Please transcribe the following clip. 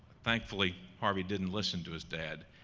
thankfully harvey didn't listen to his dad,